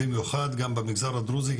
במיוחד במגזר הדרוזי.